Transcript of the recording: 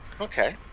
Okay